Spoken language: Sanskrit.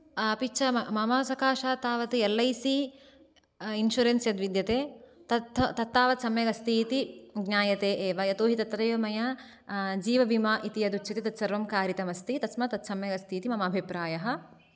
अपि च मम सकाशात् तावत् एल् ऐ सि इन्श्युरन्स् यद्विद्यते तत् तत्तावत् सम्यक् अस्ति इति ज्ञायते एव यतोहि तत्रैव मया जीवभिमा इति यदुच्यते तत् सर्वं कारीतम् अस्ति तस्मात् तत् सम्यक् अस्ति इति मम अभिप्रायः